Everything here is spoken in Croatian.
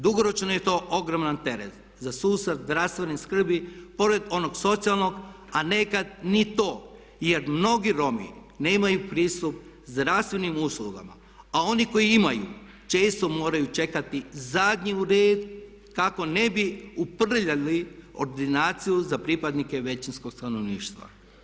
Dugoročno je to ogroman teret za sustav zdravstvene skrbi pored onog socijalnog a nekad ni to jer mnogi Romi nemaju pristup zdravstvenim uslugama a oni koji imaju često imaju moraju čekati zadnji red kako ne bi uprljali ordinaciju za pripadnike većinskog stanovništva.